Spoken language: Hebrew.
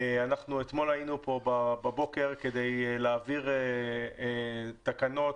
אתמול היינו פה בבוקר כדי להעביר תקנות